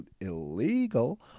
illegal